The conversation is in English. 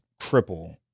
cripple